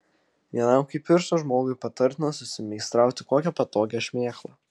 vienam kaip pirštas žmogui patartina susimeistrauti kokią patogią šmėklą